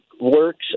works